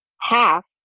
half